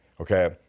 okay